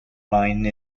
mine